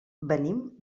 venim